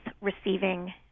receiving